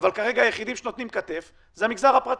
אבל כרגע היחידים שנותנים כתף זה המגזר הפרטי,